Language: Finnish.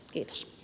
kiitos